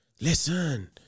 Listen